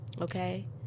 okay